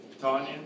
Tanya